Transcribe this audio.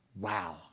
wow